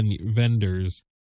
vendors